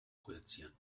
projizieren